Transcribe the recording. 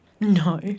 No